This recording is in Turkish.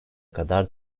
kadar